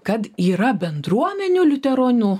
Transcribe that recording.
kad yra bendruomenių liuteronų